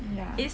ya